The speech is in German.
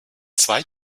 zwei